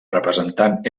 representant